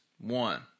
One –